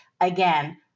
again